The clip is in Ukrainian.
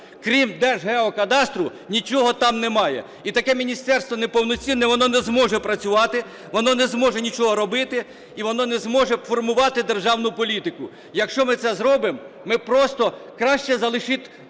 Крім Держгеокадастру нічого там немає. І таке міністерство неповноцінне, воно не зможе працювати, воно не зможе нічого робити, і воно не зможе формувати державну політику. Якщо ми це зробимо, просто краще залишіть